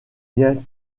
liens